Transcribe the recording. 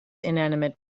inanimate